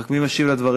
רק מי משיב על הדברים,